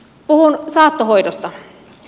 puhun saattohoidosta